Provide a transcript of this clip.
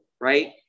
right